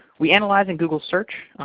we analyze in google search.